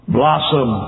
blossom